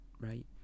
right